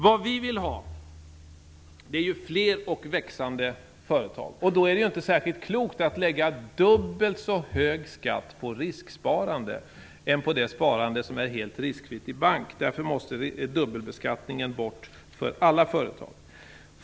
Vad vi vill ha är fler och växande företag, och då är det inte särskilt klokt att lägga dubbelt så hög skatt på risksparande som på det helt riskfria sparandet i bank. Därför måste dubbelbeskattningen bort för alla företag.